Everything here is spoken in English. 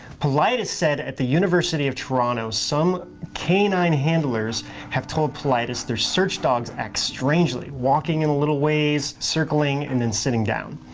paulides said at the university of toronto. some canine handlers have told paulides their search dogs act strangely, walking and a little ways, circling, and then sitting down.